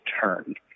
turned